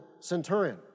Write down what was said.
centurion